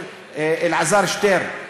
של אלעזר שטרן,